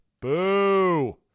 Boo